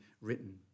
written